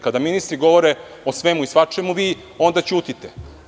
Kada ministri govore o svemu i svačemu, vi onda ćutite.